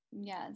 Yes